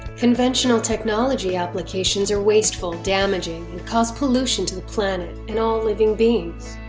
conventional technology applications are wasteful, damaging and cause pollution to the planet and all living beings.